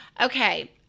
okay